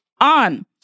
on